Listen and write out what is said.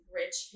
rich